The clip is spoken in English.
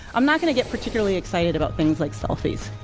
i'm not going to get particularly excited about things like selfies.